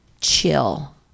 chill